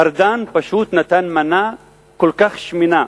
ארדן פשוט נתן מנה כל כך שמנה